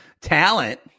talent